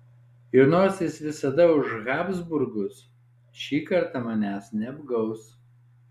ir nors jis visada už habsburgus ši kartą manęs neapgaus